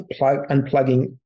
unplugging